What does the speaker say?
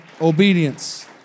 obedience